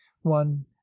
one